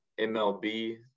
MLB